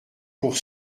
pour